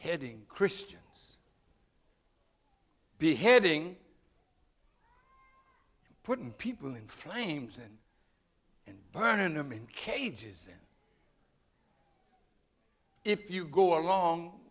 heading christians beheading putting people in flames then and burning them in cages then if you go along